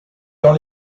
dans